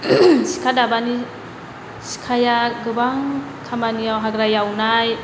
सिखा दाबानि सिखाया गोबां खामानियाव हाग्रा एवनाय